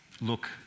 look